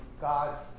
God's